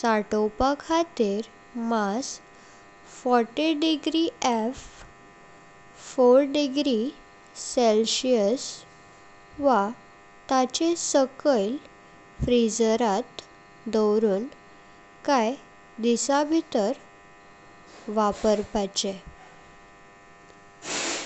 सात्वपा खातीर मांस forty degree Fahrenheit (चार डिग्री सेल्सिअस) वा ताचे साकेळ फ्रीझरात दावून काही दिवसभितर वापरचे।